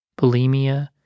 bulimia